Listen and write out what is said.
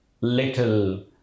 little